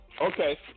Okay